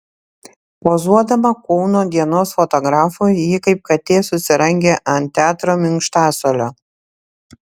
pozuodama kauno dienos fotografui ji kaip katė susirangė ant teatro minkštasuolio